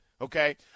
Okay